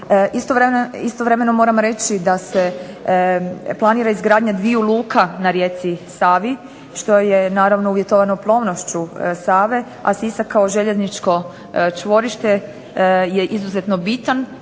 Istovremeno moram reći da se planira izgradnja dviju luka na rijeci Savi što je naravno uvjetovano plovnošću Save, a Sisak kao željezničko čvorište je izuzetno bitan.